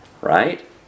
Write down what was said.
Right